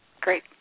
Great